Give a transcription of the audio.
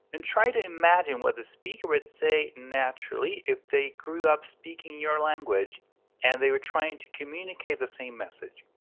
and try to imagine what the speaker would say naturally if they grew up speaking your language and they were trying to communicate the same message.